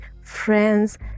friends